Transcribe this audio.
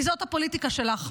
כי זאת הפוליטיקה שלך.